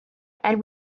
and